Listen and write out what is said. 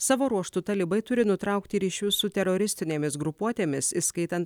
savo ruožtu talibai turi nutraukti ryšius su teroristinėmis grupuotėmis įskaitant